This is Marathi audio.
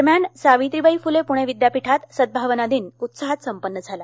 दरम्यान सावित्रीबाई फुले पुणे विद्यापीठात सद्धावना दिन उत्साहात संपन्न झाला